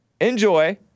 enjoy